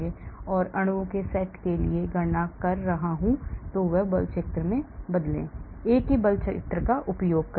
इसलिए अगर मैं अणुओं के एक सेट के लिए गणना कर रहा हूं तो बल क्षेत्र को न बदलें एक ही बल क्षेत्र का उपयोग करें